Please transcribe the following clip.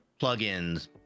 plugins